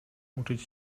uczyć